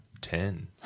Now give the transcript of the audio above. Ten